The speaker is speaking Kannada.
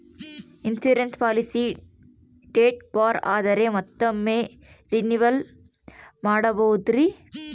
ಇನ್ಸೂರೆನ್ಸ್ ಪಾಲಿಸಿ ಡೇಟ್ ಬಾರ್ ಆದರೆ ಮತ್ತೊಮ್ಮೆ ರಿನಿವಲ್ ಮಾಡಬಹುದ್ರಿ?